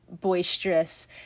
boisterous